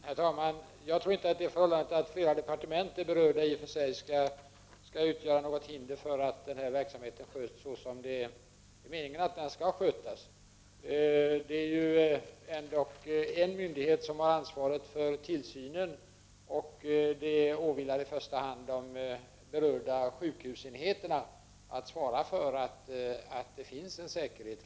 Herr talman! Jag tror inte att det förhållandet att flera departement är berörda i och för sig skall utgöra något hinder för att den här verksamheten sköts såsom det är meningen att den skall skötas. Det är ju ändå en myndighet som har ansvaret för tillsynen, och det åvilar i första hand berörda sjukhusenheter att svara för att det finns en säkerhet.